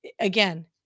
again